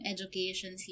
Education